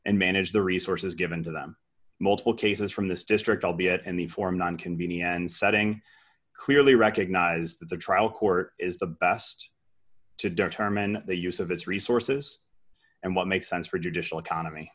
and manage the resources given to them multiple cases from this district albeit in the form one can be and setting clearly recognize that the trial court is the best to determine the use of its resources and what makes sense for judicial economy